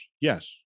Yes